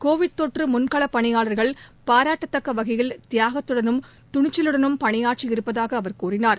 Covid தொற்றமுன்களப் பணியாளர்கள் பாராட்டத்தக்கவகையில் தியாகத்தடனும் துணிச்சலுடனும் பணியாற்றி இருப்பதாகஅவர் கூறினார்